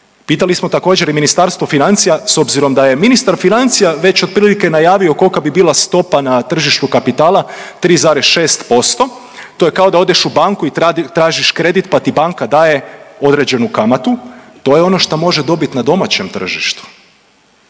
Pitali smo također i Ministarstvo financija s obzirom da je ministar financija već otprilike najavio kolika bi bila stopa na tržištu kapitala 3,6% to je kao da odeš u banku i tražiš kredit pa ti banka daje određenu kamatu. To je ono šta može dobit na domaćem tržištu.